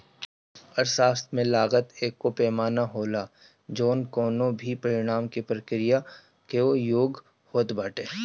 अर्थशास्त्र में लागत एगो पैमाना होला जवन कवनो भी परिणाम के प्रक्रिया कअ योग होत बाटे